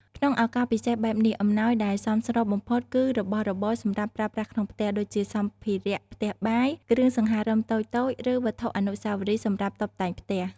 ក្នុងឱកាសពិសេសបែបនេះ អំណោយដែលសមស្របបំផុតគឺ របស់របរសម្រាប់ប្រើប្រាស់ក្នុងផ្ទះ ដូចជាសម្ភារៈផ្ទះបាយ គ្រឿងសង្ហារឹមតូចៗ ឬវត្ថុអនុស្សាវរីយ៍សម្រាប់តុបតែងផ្ទះ។